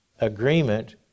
agreement